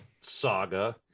saga